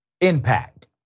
impact